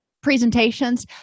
presentations